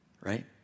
right